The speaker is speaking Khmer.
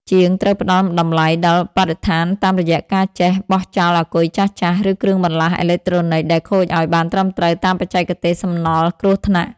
ជាងត្រូវផ្ដល់តម្លៃដល់បរិស្ថានតាមរយៈការចេះបោះចោលអាគុយចាស់ៗ ឬគ្រឿងបន្លាស់អេឡិចត្រូនិកដែលខូចឱ្យបានត្រឹមត្រូវតាមបច្ចេកទេសសំណល់គ្រោះថ្នាក់។